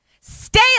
Stay